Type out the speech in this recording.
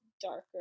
darker